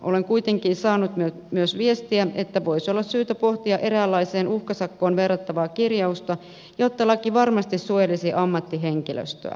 olen kuitenkin saanut myös viestiä että voisi olla syytä pohtia eräänlaiseen uhkasakkoon verrattavaa kirjausta jotta laki varmasti suojelisi ammattihenkilöstöä